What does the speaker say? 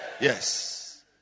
Yes